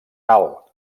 alt